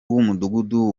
w’umudugudu